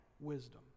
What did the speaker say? wisdom